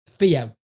Theo